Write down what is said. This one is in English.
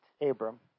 Abram